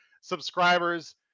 subscribers